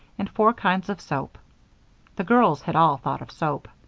and four kinds of soap the girls had all thought of soap.